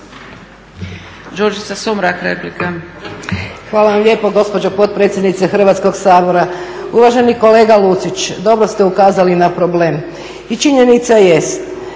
Hvala vam lijepa gospođo potpredsjednice Hrvatskoga sabora. Uvaženi kolega Lucić, dobro ste ukazali na problem i činjenica jest